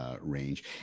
range